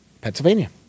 pennsylvania